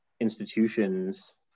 institutions